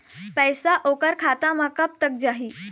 पैसा ओकर खाता म कब तक जाही?